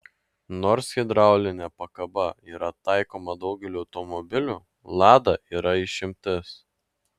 nors hidraulinė pakaba yra taikoma daugeliui automobilių lada yra išimtis